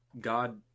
God